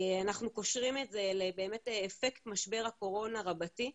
אנחנו קושרים את זה לאפקט משבר הקורונה רבתי,